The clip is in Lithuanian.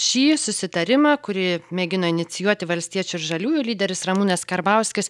šį susitarimą kurį mėgino inicijuoti valstiečių ir žaliųjų lyderis ramūnas karbauskis